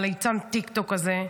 ליצן הטיקטוק הזה.